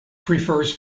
prefers